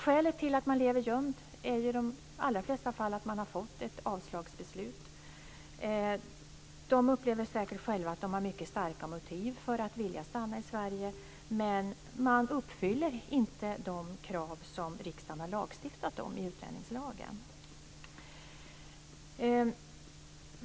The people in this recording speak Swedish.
Skälet till att människor lever gömda är i de allra flesta fall att de har fått ett avslagsbeslut. De upplever säkert själva att de har mycket starka motiv för att stanna i Sverige, men de uppfyller inte de krav som riksdagen har lagstiftat om i utlänningslagen.